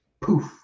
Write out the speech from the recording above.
poof